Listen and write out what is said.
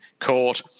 court